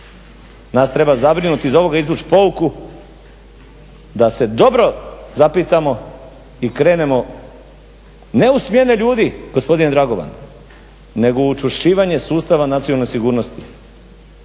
Nas treba zabrinuti i iz ovoga izvući pouku da se dobro zapitamo i krenemo ne u smjene ljudi gospodine Dragovan nego u učvršćivanje sustava nacionalne sigurnosti.